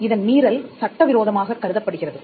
இதன் மீறல் சட்டவிரோதமாகக் கருதப்படுகிறது